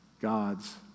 God's